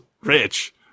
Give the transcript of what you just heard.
rich